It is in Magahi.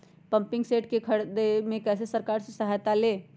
पम्पिंग सेट के ख़रीदे मे कैसे सरकार से सहायता ले?